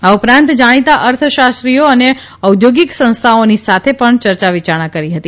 આ ઉપરાંત જાણીતા અર્થશાસ્ત્રીઓ અને ઉદ્યૌગિક સંસ્થાઓની સાથે પણ યર્યાવિયારણા કરી હતી